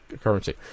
currency